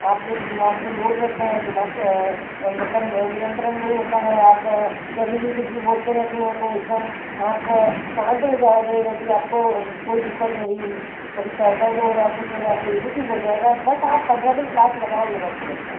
आपके दिमाग पे लोड रहता है दिमाग मतलब नियंत्रण नहीं होता है आप कभी भी कुछ भी बोलते रहते हो तो एकदम आप शांत हो जाओगे यदि आपको कोई दिक्कत हो रही कभी सर दर्द हो रहा कुछ हो रहा है तो ये भी ठीक हो जाएगा बस आप पंद्रह दिन क्लास लगाओ आके मेरे साथ में